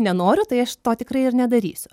nenoriu tai aš to tikrai ir nedarysiu